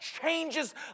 changes